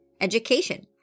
Education